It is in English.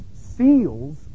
seals